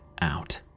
out